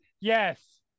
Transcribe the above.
yes